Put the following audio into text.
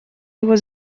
его